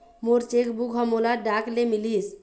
मोर cheque book ह मोला डाक ले मिलिस